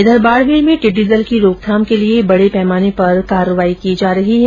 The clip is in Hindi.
इधर बाड़मेर में टिड़डी दल की रोकथाम के लिए बड़े पैमाने पर कार्रवाई की जा रही है